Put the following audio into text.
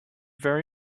very